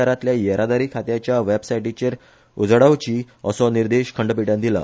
आरांतल्या येरादारी खात्याच्या वॅबसायटीचेर उजवाडावची असोय निर्देश खंडपिठान दिला